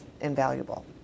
invaluable